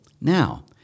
Now